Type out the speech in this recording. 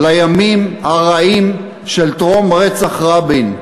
לימים הרעים של טרום רצח רבין.